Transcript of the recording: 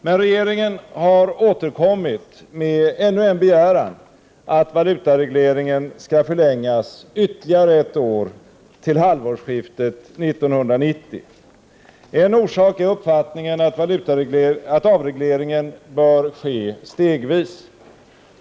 Men regeringen har återkommit med ännu en begäran att valutaregleringen skall förlängas ytterligare ett år till halvårsskiftet 1990. En orsak är uppfattningen att avregleringen bör ske stegvis.